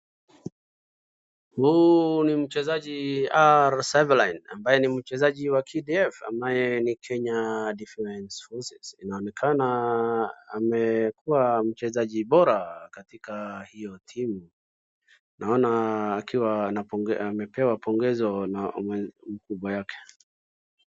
Huyu ni mchezaji R. Syvaline ambaye ni mchezaji wa KDF ambaye ni Kenya Defence Forces. Inaonekana amekuwa mchezaji bora katika hiyo timu. Naona akiwa amepewa pongezi na mkubwa yake.